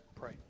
pray